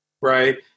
right